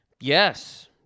Yes